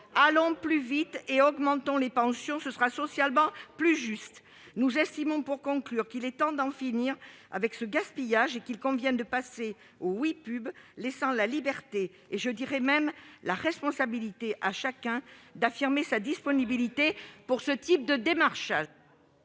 allons plus vite, et augmentons les pensions : ce sera socialement plus juste ! Nous estimons, pour conclure, qu'il est temps d'en finir avec ce gaspillage, et qu'il convient de passer au Oui Pub, laissant à chacun la liberté, et je dirais même la responsabilité, d'affirmer sa disponibilité pour ce type de démarchage.